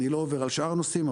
אני לא עובר על שאר הנושאים,